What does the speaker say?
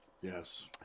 Yes